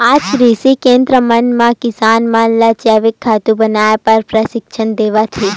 आज कृषि केंद्र मन म किसान मन ल जइविक खातू बनाए बर परसिक्छन देवत हे